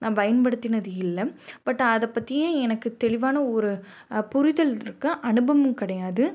நான் பயன்படுத்தினது இல்லை பட்டு அதைப்பத்தி எனக்கு தெளிவான ஒரு புரிதல் இருக்குது அனுபவம் கிடையாது